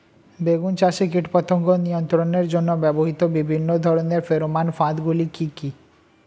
বেগুন চাষে কীটপতঙ্গ নিয়ন্ত্রণের জন্য ব্যবহৃত বিভিন্ন ধরনের ফেরোমান ফাঁদ গুলি কি কি?